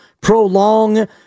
prolong